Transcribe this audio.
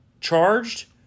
charged